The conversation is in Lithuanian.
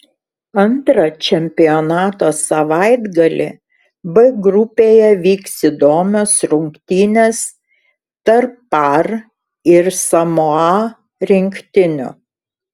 antrą čempionato savaitgalį b grupėje vyks įdomios rungtynės tarp par ir samoa rinktinių